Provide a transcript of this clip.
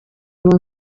ubu